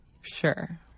Sure